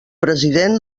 president